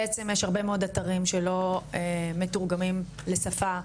יש הרבה מאוד אתרים שלא מתורגמים לשפה,